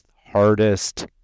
hardest